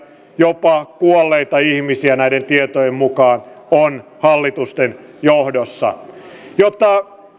jopa kuolleita ihmisiä näiden tietojen mukaan on hallitusten johdossa jotta